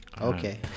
okay